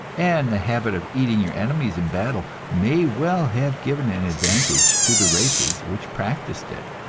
and the habit of eating your enemies in battle may well have given an advantage to the races which practiced it.